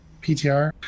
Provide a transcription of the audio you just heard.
PTR